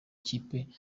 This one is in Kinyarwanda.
kipe